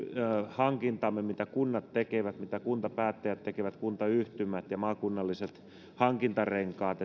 hankintamme mitä kunnat tekevät mitä kuntapäättäjät tekevät kuntayhtymät ja maakunnalliset hankintarenkaat